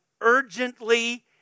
urgently